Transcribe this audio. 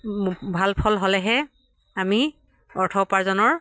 ভাল ফল হ'লেহে আমি অৰ্থ উপাৰ্জনৰ